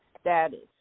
status